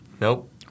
Nope